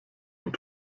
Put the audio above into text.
und